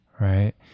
Right